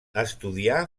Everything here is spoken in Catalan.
estudià